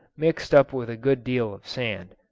mixed up with a good deal of sand.